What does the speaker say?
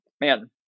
man